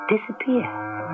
disappear